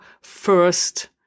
first